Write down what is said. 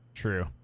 True